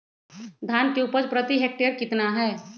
धान की उपज प्रति हेक्टेयर कितना है?